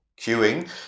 queuing